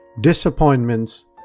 disappointments